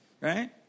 Right